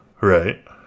Right